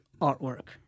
artwork